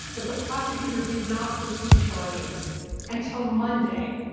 but the prosecutor did not pursue charges until monday,